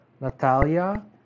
Natalia